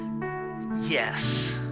yes